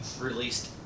released